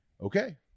okay